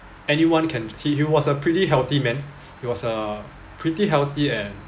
anyone can see he was a pretty healthy man he was uh pretty healthy and